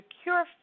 secure